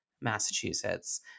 Massachusetts